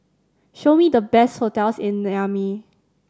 show me the best hotels in Niamey